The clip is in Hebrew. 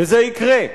וזה יקרה.